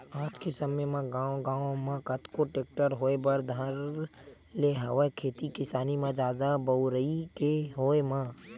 आज के समे म गांव गांव म कतको टेक्टर होय बर धर ले हवय खेती किसानी म जादा बउरई के होय म